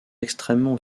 extrêmement